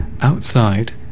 Outside